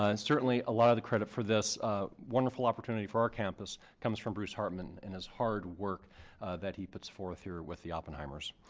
ah certainly a lot of the credit for this wonderful opportunity for our campus comes from bruce hartman and his hard work that he puts forth here with the oppenheimers.